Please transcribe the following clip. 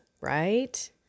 right